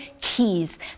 keys